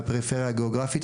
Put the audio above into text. מהפריפריה הגיאוגרפית.